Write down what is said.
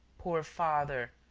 poor father!